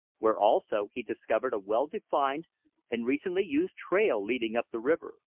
where also he discovered a well-defined and recently used trail leading up the river.